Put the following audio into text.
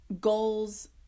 goals